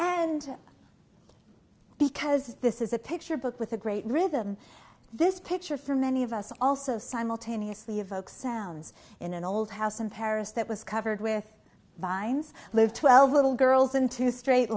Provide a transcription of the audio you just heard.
and because this is a picture book with a great rhythm this picture for many of us also simultaneously evoke sounds in an old house in paris that was covered with vines live twelve little girls and two straight